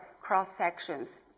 cross-sections